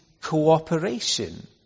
cooperation